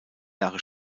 jahre